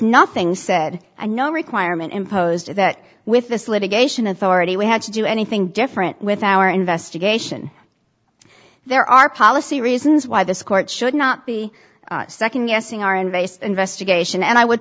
nothing said no requirement imposed that with this litigation authority we had to do anything different with our investigation there are policy reasons why this court should not be second guessing our invasive investigation and i would